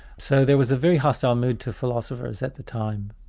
so there was a very hostile mood to philosophers at the time.